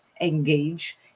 engage